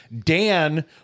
Dan